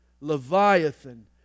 Leviathan